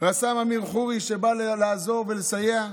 רס"מ אמיר חורי, שבא לעזור ולסייע,